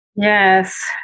Yes